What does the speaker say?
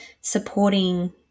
supporting